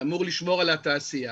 שאמור לשמור על התעשייה,